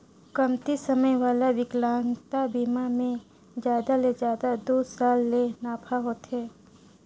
कमती समे वाला बिकलांगता बिमा मे जादा ले जादा दू साल ले नाफा होथे